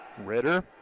Ritter